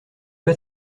pas